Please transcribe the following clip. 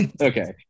Okay